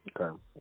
Okay